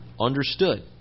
understood